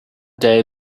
day